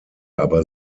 aber